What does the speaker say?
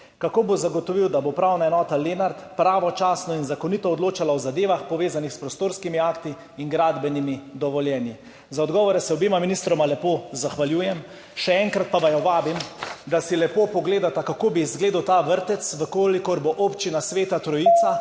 Kako boste zagotovili, da bo Upravna enota Lenart pravočasno in zakonito odločala o zadevah, povezanih s prostorskimi akti in gradbenimi dovoljenji? Za odgovore se obema ministroma lepo zahvaljujem. Še enkrat pa vaju vabim, da si lepo pogledata, kako bi izgledal ta vrtec, če bo Občina Sveta Trojica